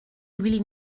ibili